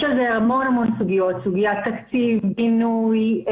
יש בזה המון המון סוגיות, סוגיית תקציב, בינוי,